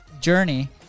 journey